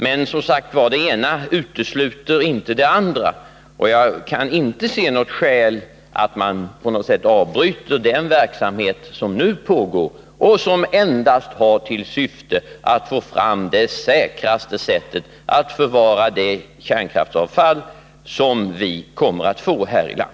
Men det ena utesluter inte det andra, och jag kan inte se att det finns något skäl att avbryta den verksamhet som nu pågår och som endast har till syfte att få fram det säkraste sättet att förvara det kärnkraftsavfall som vi kommer att få här i landet.